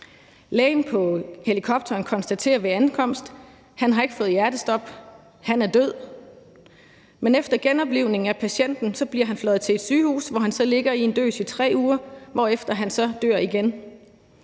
Lægen på helikopteren konstaterer ved ankomst, at patienten ikke har fået hjertestop, men er død. Men efter genoplivning, bliver patienten fløjet til et sygehus, hvor han så ligger i en døs i 3 uger, hvorefter han så dør igen.